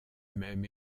même